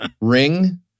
ring